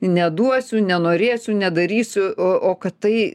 neduosiu nenorėsiu nedarysiu o o kad tai